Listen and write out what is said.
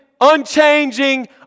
unchanging